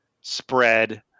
spread